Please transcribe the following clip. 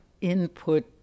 input